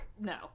No